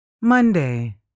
Monday